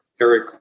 Eric